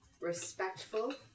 respectful